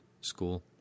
school